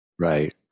Right